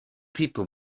people